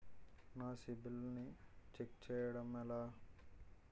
నా సిబిఐఎల్ ని ఛెక్ చేయడం ఎలా?